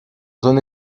zone